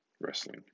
wrestling